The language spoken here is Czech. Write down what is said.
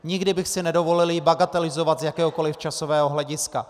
Nikdy bych si nedovolil ji bagatelizovat z jakéhokoliv časového hlediska.